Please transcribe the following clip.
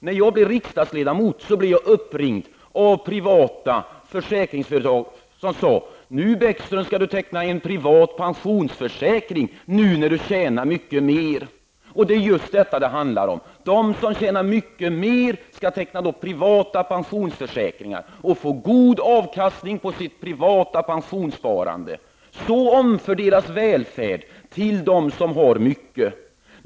När jag blev riksdagsledamot blev jag uppringd av representanter för privata försäkringsföretag som sade: Nu, Bäckström, när du tjänar mycket mer skall du teckna en privat pensionsförsäkring! Det är just detta som det handlar om: de som tjänar mycket pengar skall teckna privata pensionsförsäkringar och få god avkastning på sitt privata pensionssparande. Så omfördelas välfärd till dem som har mycket.